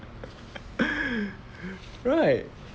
right